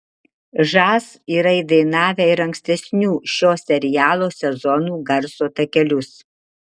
žas yra įdainavę ir ankstesnių šio serialo sezonų garso takelius